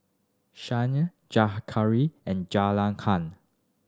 Syah Zakaria and Zulaikha